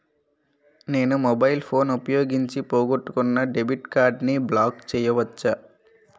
నేను mobile phone ఉపయోగించి పోగొట్టుకున్న డెబిట్ కార్డ్ని బ్లాక్ చేయవచ్చా?